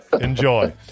enjoy